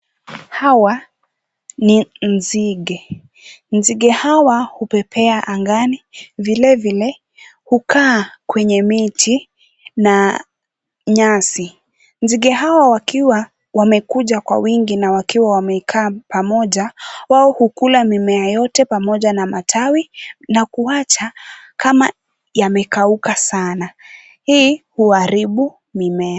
Hawa ni nzige. Nzige hawa hupepea angani, vile vile hukaa kwenye miti na nyasi. Nzige hao wakiwa wamekuja kwa wingi na wakiwa wamekaa pamoja, wao kukula mimea yote pamoja na matawi, na kuacha kama yamekauka sana. Hii huharibu mimea.